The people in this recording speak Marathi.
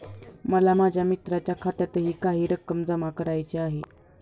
मला माझ्या मित्राच्या खात्यातही काही रक्कम जमा करायची आहे